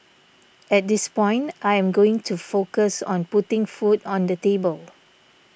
at this point I am going to focus on putting food on the table